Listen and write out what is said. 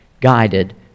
guided